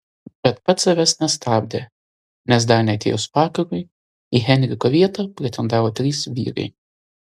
bet pats savęs nestabdė nes dar neatėjus vakarui į henriko vietą pretendavo trys vyrai